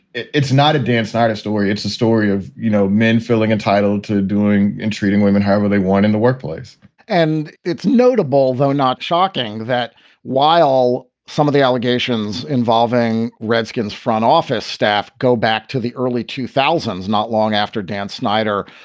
it's it's not a dan snyder story. it's a story of, you know, men feeling entitled to doing and treating women however they want in the workplace and it's notable, though, not shocking, that while some of the allegations involving redskins front office staff go back to the early two thousand s, not long after dan snyder.